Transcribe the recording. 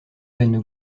vaine